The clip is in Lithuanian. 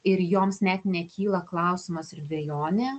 ir joms net nekyla klausimas ir dvejonė